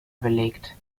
belegt